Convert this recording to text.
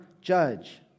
judge